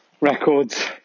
records